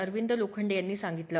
अरविंद लोखंडे यांनी सांगितलं